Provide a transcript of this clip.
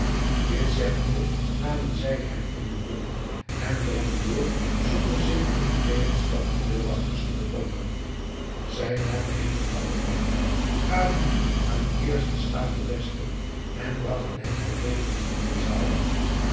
dit zeggende namen zij hem in hun midden en drongen door zonder zich om den tegenstand der deurwachters te bekommeren zij namen hem den fakkel af gaven dien aan den eersten slaaf den beste en bragten hem vervolgens in de zaal